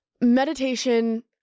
Meditation